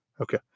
Okay